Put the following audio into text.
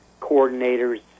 coordinators